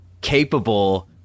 capable